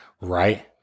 Right